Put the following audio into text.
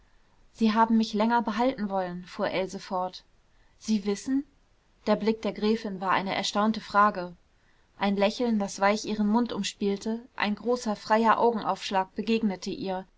sie haben mich länger behalten wollen fuhr else fort sie wissen der blick der gräfin war eine erstaunte frage ein lächeln das weich ihren mund umspielte ein großer freier augenaufschlag begegnete ihr